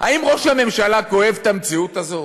האם ראש הממשלה כואב את המציאות הזאת?